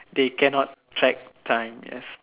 they cannot track time yes